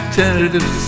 tentative